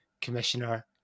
commissioner